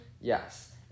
Yes